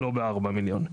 לא ב-4 מיליון.